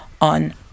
on